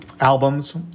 albums